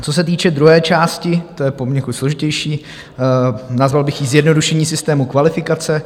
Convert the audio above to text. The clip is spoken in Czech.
Co se týče druhé části, to je poněkud složitější, nazval bych ji zjednodušení systému kvalifikace.